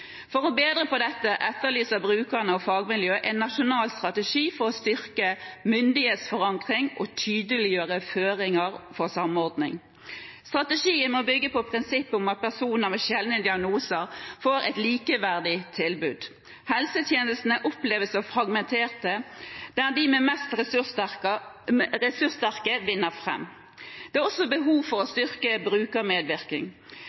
For å bedre på dette etterlyser brukerne og fagmiljøet en nasjonal strategi for å styrke myndighetsforankring og tydeliggjøre føringer for samordning. Strategien må bygge på prinsippet om at personer med sjeldne diagnoser får et likeverdig tilbud. Helsetjenestene oppleves som fragmenterte, der de mest ressurssterke vinner fram. Det er også behov for å